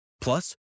Plus